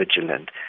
vigilant